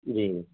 جی